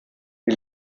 die